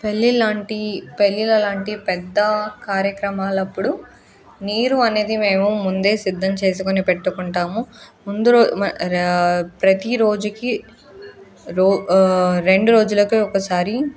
పెళ్ళిళ్ళు లాంటి పెళ్ళిళ్ళు లాంటి పెద్ద కార్యక్రమాల అప్పుడు నీరు అనేది మేము ముందే సిద్ధం చేసుకొని పెట్టుకుంటాము ముందు రో ప్రతీ రోజుకి రో రెండు రోజులకు ఒకసారి